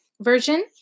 version